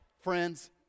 friends